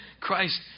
Christ